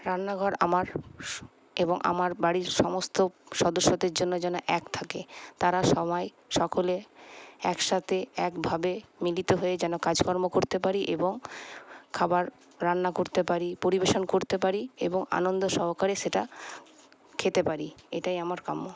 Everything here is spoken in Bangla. রান্নাঘর আমার এবং আমার বাড়ির সমস্ত সদস্যদের জন্য যেন এক থাকে তারা সবাই সকলে এক সাথে একভাবে মিলিত হয়ে যেন কাজকর্ম করতে পারি এবং খাবার রান্না করতে পারি পরিবেশন করতে পারি এবং আনন্দ সহকারে সেটা খেতে পারি এটাই আমার কাম্য